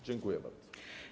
Dziękuję bardzo.